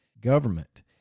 government